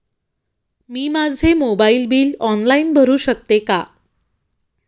मी माझे mobile bill online भरू शकते का?